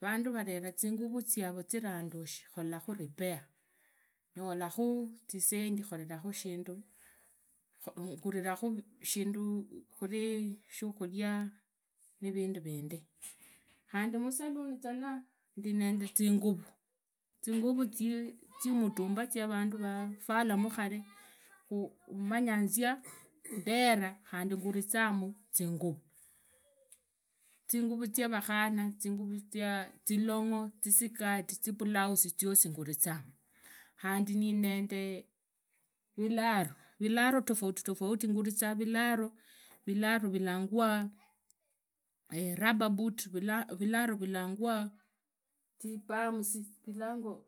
Vandu vaveraa zinguru ziaro zivandushe khorakhu repair, nyolakhu zisendi, khorakha shindu, nguirakhu shindu khuri shikhuria, nivindu nndi khandi musalani zana ndi nizinguvu, zinguvuu zimutumba zia vandu vafula khare, ndamandazia khuvera khandi ngurizamu zingavi. Zinguvu ziarakhana jisikati jilongu, jipulausi josi ngulisanya, khandi ninende nilaro, vilaro tofauti nguriza vulira, vilaro vilangwa rubberboot, vilaro vilangwa zipumbs, vilaro